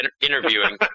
interviewing